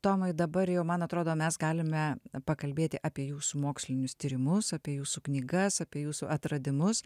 tomai dabar jau man atrodo mes galime pakalbėti apie jūsų mokslinius tyrimus apie jūsų knygas apie jūsų atradimus